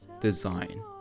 design